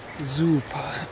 Super